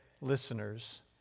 listeners